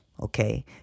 Okay